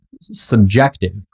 subjective